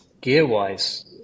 gear-wise